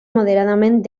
moderadament